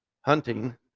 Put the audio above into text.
hunting